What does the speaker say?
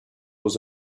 was